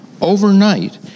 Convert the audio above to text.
overnight